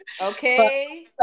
Okay